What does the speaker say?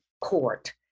Court